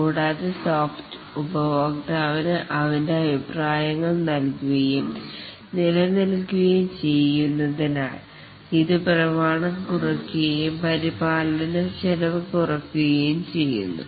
കൂടാതെ ഉപയോക്താവിന് അവൻറെ അഭിപ്രായങ്ങൾ നൽകുകയും നില നിൽക്കുകയും ചെയ്യുന്നതിനാൽ ഇത് പ്രമാണം കുറയ്ക്കുകയും പരിപാലന ചെലവ് കുറയ്ക്കുകയും ചെയ്യുന്നു